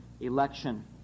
election